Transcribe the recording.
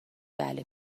بله